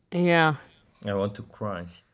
and yeah i want to cry